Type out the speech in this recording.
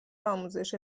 آموزش